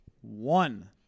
one